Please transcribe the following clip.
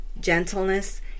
gentleness